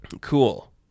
Cool